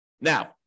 Now